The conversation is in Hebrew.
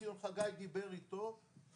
ציון חגי דיבר איתו,